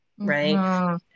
Right